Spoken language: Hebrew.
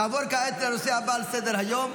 נעבור כעת לנושא הבא על סדר-היום.